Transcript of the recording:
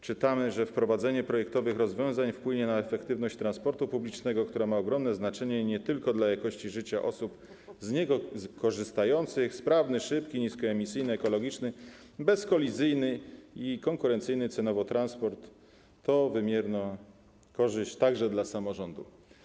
Czytamy, że wprowadzenie projektowanych rozwiązań wpłynie na efektywność transportu publicznego, który ma ogromne znaczenie nie tylko dla jakości życia osób z niego korzystających - sprawny, szybki, niskoemisyjny, ekologiczny, bezkolizyjny i konkurencyjny cenowo transport to wymierna korzyść także dla samorządów.